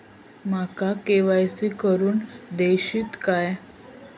माका के.वाय.सी करून दिश्यात काय?